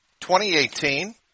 2018